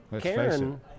Karen